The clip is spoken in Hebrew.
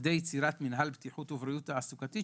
לכדי יצירת מינהל בטיחות ובריאות תעסוקתית,